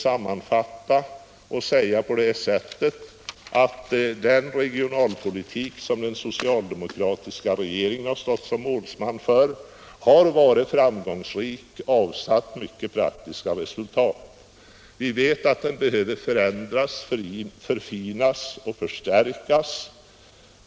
Sammanfattningsvis vill jag bara konstatera att den regionalpolitik som den socialdemokratiska regeringen drivit har varit framgångsrik och avsatt många praktiska resultat. Vi vet att den behöver förändras, förfinas och förstärkas.